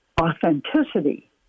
authenticity